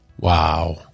Wow